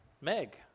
Meg